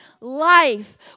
life